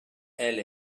elle